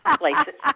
places